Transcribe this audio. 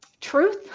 truth